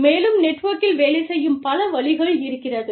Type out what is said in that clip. மேலும் நெட்வொர்க்கில் வேலை செய்யும் பல வழிகள் இருக்கிறது